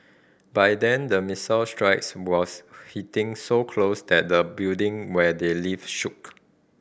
by then the missile strikes were hitting so close that the building where they lived shook